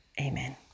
amen